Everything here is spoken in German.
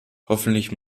hoffentlich